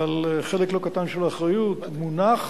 אבל חלק לא קטן של האחריות מונח,